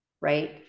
right